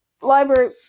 library